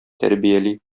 тәрбияли